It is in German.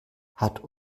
hat